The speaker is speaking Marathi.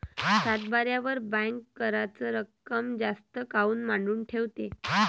सातबाऱ्यावर बँक कराच रक्कम जास्त काऊन मांडून ठेवते?